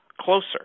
closer